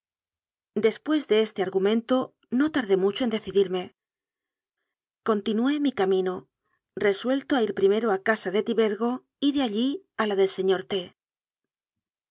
después de este argumento no tardé mucho en decidirme continué mi camino resuelto a ir primero a casa de tibergo y de allí a la del señor